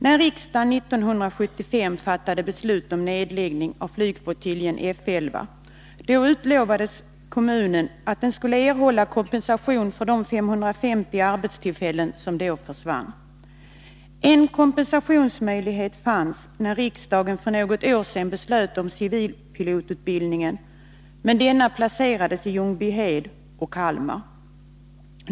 När riksdagen 1975 fattade beslut om nedläggning av flygflottiljen F 11 utlovades att kommunen skulle erhålla kompensation för de 550 arbetstillfällen som då försvann. En kompensationsmöjlighet fanns, när riksdagen för något år sedan beslöt om civilpilotutbildning, men denna placerades i Ljungbyhed och Kalmar.